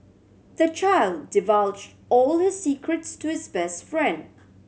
the child divulged all his secrets to his best friend